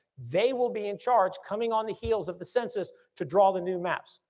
they will be in charge coming on the heels of the census to draw the new maps.